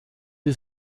die